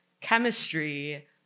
chemistry